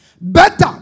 better